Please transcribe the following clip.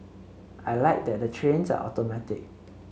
I like that the trains are automatic